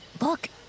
Look